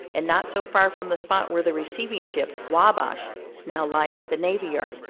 and not so far from the spot where the receiving ship wabash now lies at the navy yard,